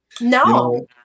No